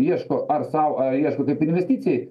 ieško ar sau ar ieško kaip investicijai